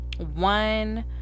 One